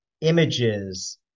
images